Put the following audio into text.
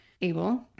Able